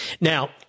Now